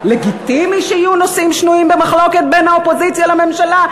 לגיטימי שיהיו נושאים שנויים במחלוקת בין האופוזיציה לממשלה?